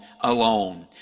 alone